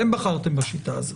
אתם בחרתם בשיטה הזו,